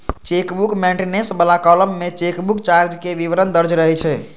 chequebook maintenance बला column मे chequebook चार्जक विवरण दर्ज रहै छै